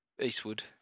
Eastwood